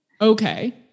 okay